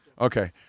Okay